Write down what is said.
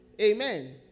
amen